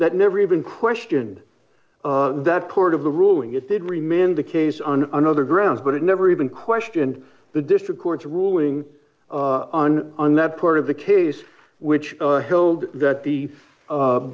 that never even questioned that part of the ruling it did remain the case on another grounds but it never even questioned the district court's ruling on on that part of the case which killed that the